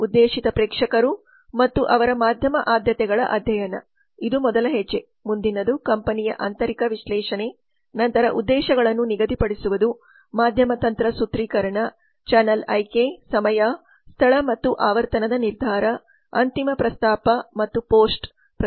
ಈಗ ಉದ್ದೇಶಿತ ಪ್ರೇಕ್ಷಕರು ಮತ್ತು ಅವರ ಮಾಧ್ಯಮ ಆದ್ಯತೆಗಳ ಅಧ್ಯಯನ ಇದು ಮೊದಲ ಹೆಜ್ಜೆ ಮುಂದಿನದು ಕಂಪನಿಯ ಆಂತರಿಕ ವಿಶ್ಲೇಷಣೆ ನಂತರ ಉದ್ದೇಶಗಳನ್ನು ನಿಗದಿಪಡಿಸುವುದು ಮಾಧ್ಯಮ ತಂತ್ರ ಸೂತ್ರೀಕರಣ ಚಾನಲ್ ಆಯ್ಕೆ ಸಮಯ ಸ್ಥಳ ಮತ್ತು ಆವರ್ತನದ ನಿರ್ಧಾರ ಅಂತಿಮ ಪ್ರಸ್ತಾಪ ಮತ್ತು ಪೋಸ್ಟ್ ಪ್ರಚಾರ ವಿಮರ್ಶೆ